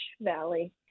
Valley